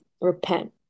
repent